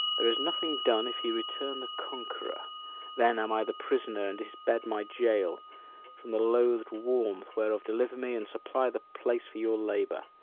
there is nothing done if he return the conqueror then am i the prisoner, and his bed my gaol from the loathed warmth whereof deliver me, and supply the place for your labour.